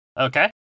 Okay